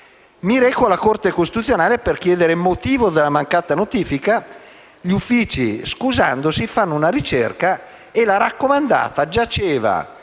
mi reco presso la Corte per chiedere motivo della mancata notifica e gli uffici, scusandosi, fanno una ricerca e la raccomandata giaceva,